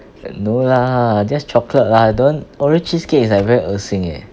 no lah just chocolate lah don't oreo cheesecake is like very 恶心 leh